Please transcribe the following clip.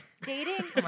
dating